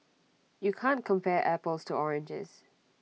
you can't compare apples to oranges